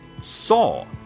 saw